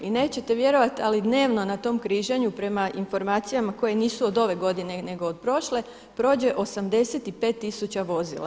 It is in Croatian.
I nećete vjerovati ali dnevno na tom križanju prema informacijama koje nisu od ove godine nego od prošle prođe 85 tisuća vozila.